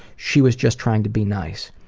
she was just trying to be nice.